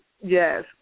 Yes